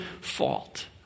fault